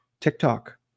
TikTok